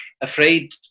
afraid